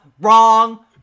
wrong